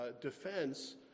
defense